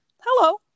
Hello